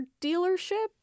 dealership